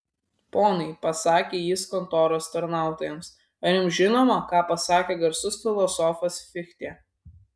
ponai pasakė jis kontoros tarnautojams ar jums žinoma ką pasakė garsus filosofas fichtė